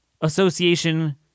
association